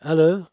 hello